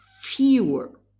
fewer